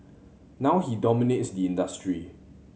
now he dominates the industry